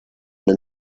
then